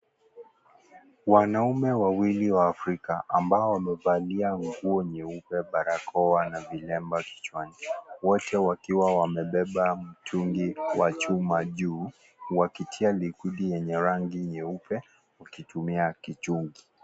Wanaume wawili wa Afrika ambao wamevalia nguo nyeupe miwani na vitambaa vichwani wote wakiwa wamebeba mitungi ya chuma juu wakitia likizidi yenye rangi nyeupe wakitumia .